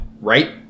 right